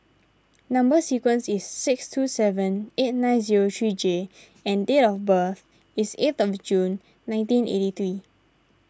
Number Sequence is six two seven eight nine zero three J and date of birth is eighth of June nineteen eighty three